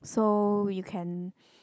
so you can